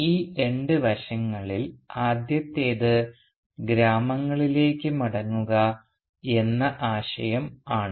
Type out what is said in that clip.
ഈ രണ്ട് വശങ്ങളിൽ ആദ്യത്തേത് ഗ്രാമത്തിലേക്ക് മടങ്ങുക എന്ന ആശയമാണ്